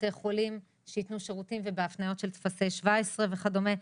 בתי חולים שיתנו שירותים ובהפניות טופסי 17 וכדומה,